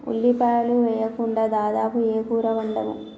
ఉల్లిపాయలు వేయకుండా దాదాపు ఏ కూర వండము